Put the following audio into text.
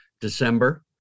December